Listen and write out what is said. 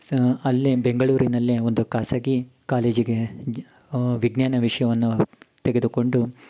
ಸ ಅಲ್ಲೆ ಬೆಂಗಳೂರಿನಲ್ಲೆ ಒಂದು ಖಾಸಗಿ ಕಾಲೇಜಿಗೆ ಜ ವಿಜ್ಞಾನ ವಿಷಯವನ್ನು ತೆಗೆದುಕೊಂಡು